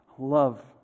Love